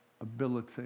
ability